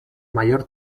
mayor